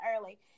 early